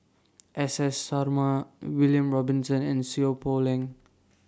S S Sarma William Robinson and Seow Poh Leng